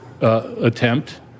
attempt